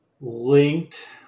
linked